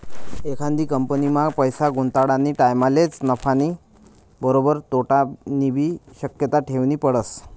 एखादी कंपनीमा पैसा गुताडानी टाईमलेच नफानी बरोबर तोटानीबी शक्यता ठेवनी पडस